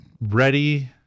ready